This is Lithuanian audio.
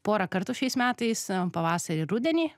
porą kartų šiais metais pavasarį ir rudenį